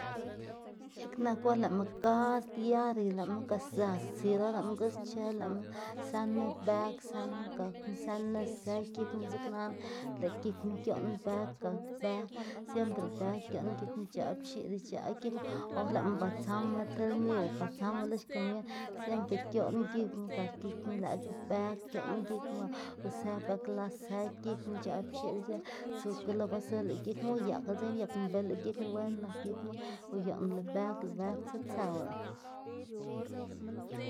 X̱iꞌk nak or lëꞌma gas diario lëꞌma gaza sil or lëꞌma gusche lëꞌma zënma bëg zënma gakma zë nis zë gikma dzeknana lëꞌ gikma gioꞌn bëg gak bëg siempre bëg gioꞌn gikma, ic̲h̲aꞌ pxiꞌd ic̲h̲aꞌ gikma or lëꞌma ba tsama ti lni o ba tsama lo xkomierma siempre gioꞌn gikma gak gikma lëꞌkga bëg gioꞌn gikma o zë bëg las gikma zë gikma ic̲h̲aꞌ pxiꞌd ic̲h̲aꞌ tsuka lo basur lëꞌ gikma uyakla dzekna uyak mbila gikma wen nak gikma uyoꞌnla bëg lëꞌ bëg tsutsëwla.